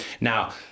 Now